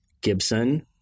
Gibson